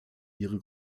ihre